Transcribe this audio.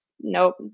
nope